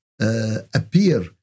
appear